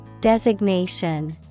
designation